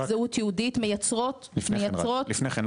זהות יהודית מייצרות --- לפני כן,